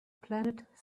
planet